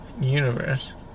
universe